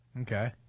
Okay